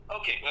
Okay